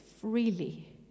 freely